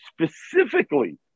specifically